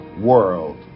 world